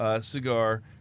cigar